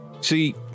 See